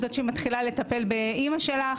את זאת שמתחילה לטפל באמא שלך,